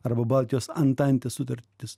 arba baltijos antantės sutartis